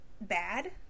bad